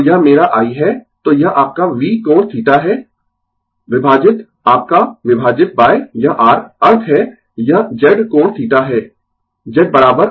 तो यह मेरा i है तो यह आपका V कोण θ है विभाजित आपका विभाजित यह R अर्थ है यह Z कोण θ है